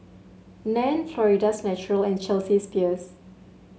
Nan Florida's Natural and Chelsea's Peers